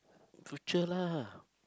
future lah